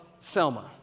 Selma